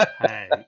Hey